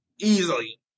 easily